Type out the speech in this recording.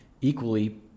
equally